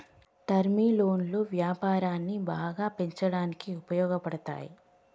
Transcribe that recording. term లోన్లు వ్యాపారాన్ని బాగా పెంచడానికి ఉపయోగపడతాయి